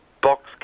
Box